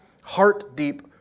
heart-deep